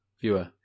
viewer